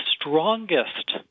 strongest